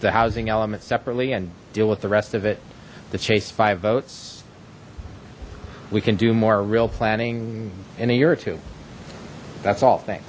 the housing element separately and deal with the rest of it the chase five votes we can do more real planning in a year or two that's all th